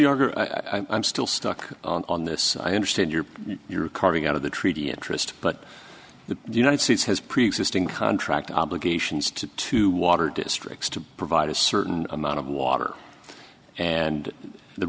of i'm still stuck on this i understand your your carving out of the treaty interest but the united states has preexisting contract obligations to two water districts to provide a certain amount of water and the